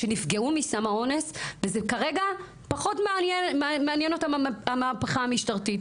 שנפגעו מסם האונס וזה כרגע פחות מעניין אותם המהפכה המשטרתית,